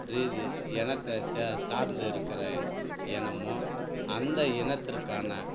ரீ ரீ இனத்த சே சார்ந்து இருக்கிற இனமும் அந்த இனத்திற்கான